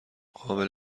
قابل